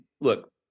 look